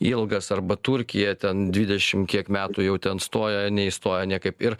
ilgas arba turkija ten dvidešimt kiek metų jau ten stoja neįstoja niekaip ir